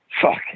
Fuck